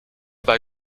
bei